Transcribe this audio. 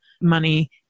money